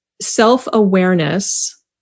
self-awareness